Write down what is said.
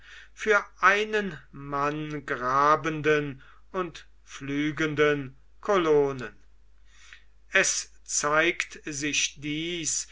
für einen mann grabenden und pflügenden kolonen es zeigt sich dies